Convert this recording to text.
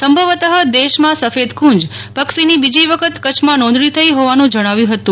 સંભવત દેશમાં સફેદ કુંજ પક્ષીની બીજી વખત કચ્છમાં નોંધણી થઈ હોવાનું જણાવ્યું હતું